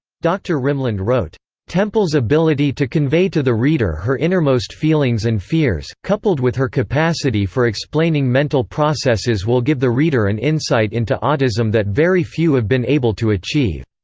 dr. rimland wrote temple's ability to convey to the reader her innermost feelings and fears, coupled with her capacity for explaining mental processes will give the reader an insight into autism that very few have been able to achieve.